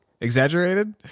Exaggerated